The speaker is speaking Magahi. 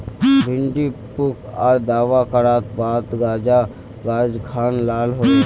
भिन्डी पुक आर दावा करार बात गाज खान लाल होए?